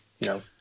no